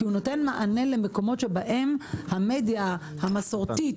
כי הוא נותן מענה למקומות שבהם המדיה המסורתית